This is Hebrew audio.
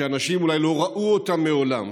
שהאנשים אולי לא ראו אותן מעולם.